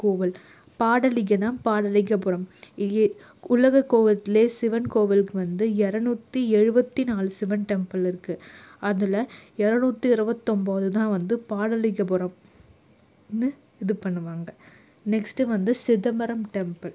கோவில் பாடலிகனால் பாடலிகபுரம் உலக கோவிலிலே சிவன் கோயிலுக்கு வந்து இரநூத்தி எழுபத்தி நாலு சிவன் டெம்பிள் இருக்குது அதில் இரநூத்தி இருபத்து ஒம்பது தான் வந்து பாடலிங்கபுரம்னு இது பண்ணுவாங்க நெக்ஸ்ட்டு வந்து சிதம்பரம் டெம்பிள்